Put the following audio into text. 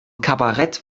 kabarett